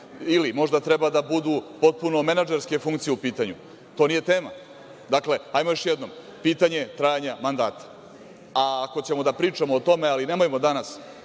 ili možda treba da budu potpuno menadžerske funkcije u pitanju. To nije tema. Dakle, hajmo još jednom – pitanje trajanja mandata. A, ako ćemo da pričamo o tome, ali nemojmo danas,